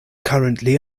currently